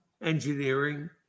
engineering